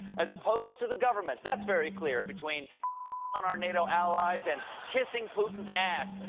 as opposed to the government's. that's very clear, between on our nato allies and kissing putin's ass.